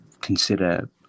consider